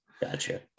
gotcha